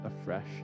afresh